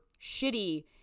shitty